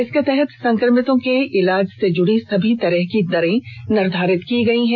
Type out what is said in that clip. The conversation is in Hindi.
इसके तहत संक्रमितों के इलाज से जुड़ी सभी तरह की दरें निर्धारित की गई है